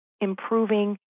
improving